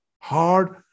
hard